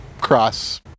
Cross